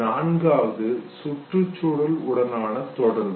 நான்காவது சுற்றுச்சூழல் உடனான தொடர்பு